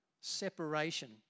separation